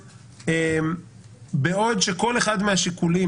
בעוד שכל אחד מהשיקולים,